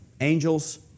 angels